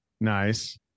Nice